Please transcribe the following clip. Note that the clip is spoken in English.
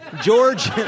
George